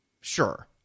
sure